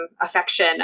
affection